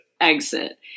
Exit